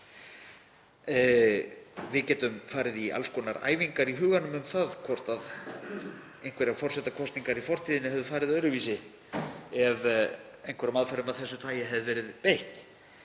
Við getum farið í alls konar æfingar í huganum um það hvort einhverjar forsetakosningar í fortíðinni hefðu farið öðruvísi ef aðferðum af þessu tagi hefði verið beitt.